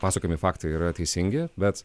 pasakojami faktai yra teisingi bet